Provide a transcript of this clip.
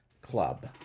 club